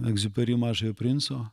egziuperi mažojo princo